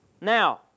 Now